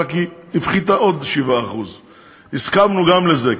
ורק הפחיתה עוד 7%. הסכמנו גם לזה,